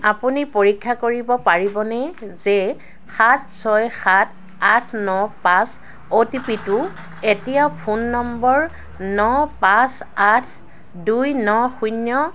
আপুনি পৰীক্ষা কৰিব পাৰিবনে যে সাত ছয় সাত আঠ ন পাঁচ অ' টি পি টো এতিয়াও ফোন নম্বৰ ন পাঁচ আঠ দুই ন শূন্য